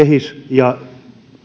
ja